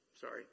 sorry